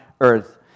earth